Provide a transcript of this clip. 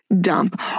dump